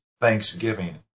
thanksgiving